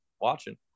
watching